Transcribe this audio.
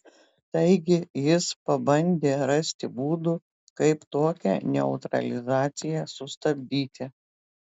taigi jis pabandė rasti būdų kaip tokią neutralizaciją sustabdyti